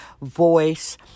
voice